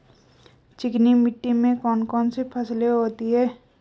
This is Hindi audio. चिकनी मिट्टी में कौन कौन सी फसलें होती हैं?